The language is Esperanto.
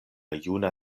juna